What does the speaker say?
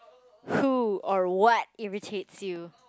who or what irritates you